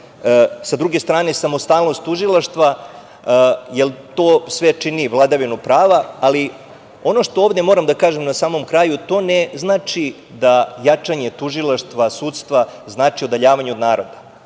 sudstva, samostalnost tužilaštva, jer to sve čini vladavinu prava. Ono što ovde moram da kažem na samom kraju jeste da to ne znači da jačanje tužilaštva, sudstva znači odaljavanje od naroda,